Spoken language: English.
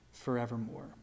forevermore